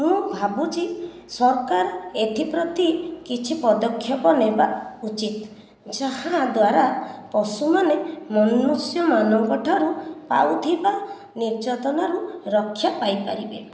ମୁଁ ଭାବୁଛି ସରକାର ଏଥିପ୍ରତି କିଛି ପଦକ୍ଷେପ ନେବା ଉଚିତ ଯାହାଦ୍ୱାରା ପଶୁମାନେ ମନୁଷ୍ୟ ମାନଙ୍କଠାରୁ ପାଉଥିବା ନିର୍ଯ୍ୟାତନାରୁ ରକ୍ଷା ପାଇପାରିବେ